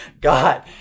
God